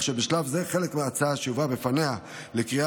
כך שבשלב זה חלק מההצעה שיובא בפניה לקריאה